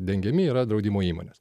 dengiami yra draudimo įmonės